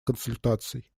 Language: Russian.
консультаций